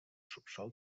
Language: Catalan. subsòl